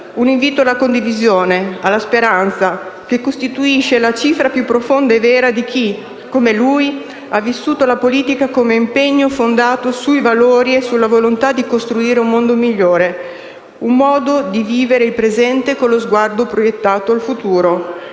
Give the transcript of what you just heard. Un invito alla condivisione e alla speranza che costituisce la cifra più profonda e vera di chi, come lui, ha vissuto la politica come un impegno fondato sui valori e sulla volontà di costruire un mondo migliore, un modo di vivere il presente con lo sguardo proiettato al futuro.